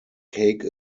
cake